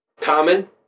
Common